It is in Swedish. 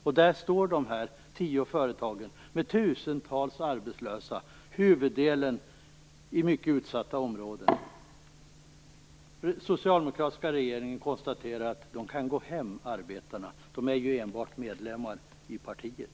Och där står dessa tio företag med tusentals arbetslösa. Huvuddelen av dem finns i mycket utsatta områden. Och den socialdemokratiska regeringen konstaterar att arbetarna kan gå hem, eftersom de bara är medlemmar i partiet.